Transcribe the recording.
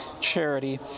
charity